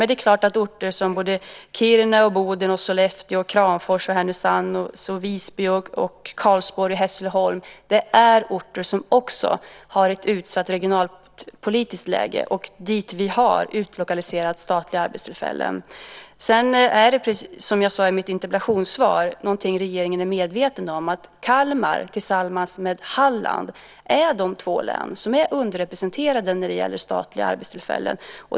Det är klart att Kiruna, Boden, Sollefteå, Kramfors, Härnösand, Visby, Karlsborg och Hässleholm också är orter som har ett utsatt regionalpolitiskt läge och som vi har utlokaliserat statliga arbetstillfällen till. Som jag sade i mitt interpellationssvar är regeringen medveten om att Kalmar län tillsammans med Hallands län är de två län som är underrepresenterade när det gäller statliga arbetstillfällen.